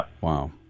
Wow